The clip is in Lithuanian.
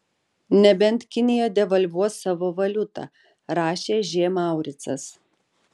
nebent kinija devalvuos savo valiutą rašė ž mauricas